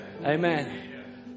Amen